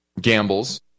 gambles